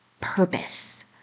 purpose